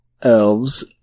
elves